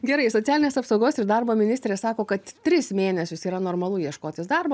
gerai socialinės apsaugos ir darbo ministrė sako kad tris mėnesius yra normalu ieškotis darbo